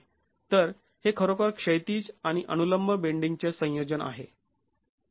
तर हे खरोखर क्षैतिज आणि अनुलंब बेंडींग चे संयोजन आहे